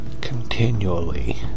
continually